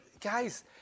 guys